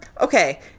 okay